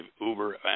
Uber